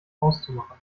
auszumachen